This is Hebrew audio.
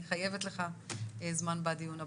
אני חייבת לך זמן בדיון הבא.